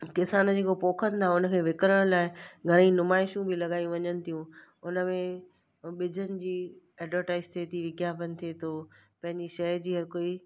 किसान जे को पोखनि था हुनखे विकिणण लाइ घणेई नुमाईशूं बि लॻायूं वञनि थियूं हुन में ॿिजनि जी एडवर्टाइज़ थिए थी विज्ञापन थिए थो पंहिंजी शइ जी हर कोई